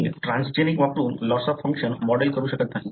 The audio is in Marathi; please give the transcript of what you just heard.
तुम्ही ट्रान्सजेनिक वापरून लॉस ऑफ फंक्शन मॉडेल करू शकत नाही